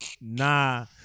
Nah